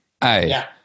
Hey